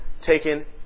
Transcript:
taken